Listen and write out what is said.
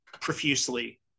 profusely